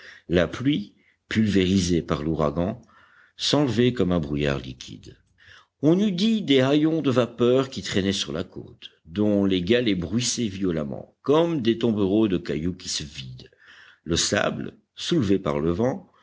la pluie pulvérisée par l'ouragan s'enlevait comme un brouillard liquide on eût dit des haillons de vapeurs qui traînaient sur la côte dont les galets bruissaient violemment comme des tombereaux de cailloux qui se vident le sable soulevé par le vent